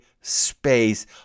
space